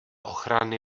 ochrany